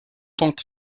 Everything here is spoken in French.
tend